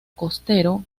costero